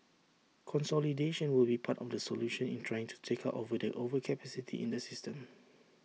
consolidation will be part of the solution in trying to take out the overcapacity in the system